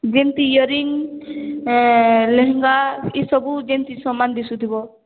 ଯେମିତି ଇଅରିଂ ଲେହେଙ୍ଗା ଇସବୁ ଯେମିତି ସମାନ ଦିଶୁଥିବ